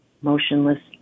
motionless